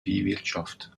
viehwirtschaft